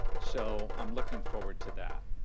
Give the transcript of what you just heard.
so i'm looking forward to that.